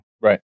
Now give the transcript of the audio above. Right